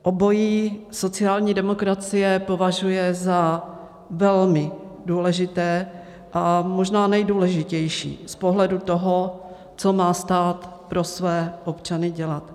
Obojí sociální demokracie považuje za velmi důležité a možná nejdůležitější z pohledu toho, co má stát pro své občany dělat.